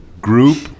group